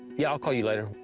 yeah, i'll call you later.